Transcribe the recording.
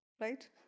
Right